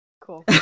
Cool